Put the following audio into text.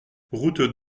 route